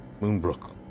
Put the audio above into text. Moonbrook